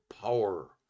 power